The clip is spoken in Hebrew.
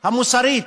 המוסרית,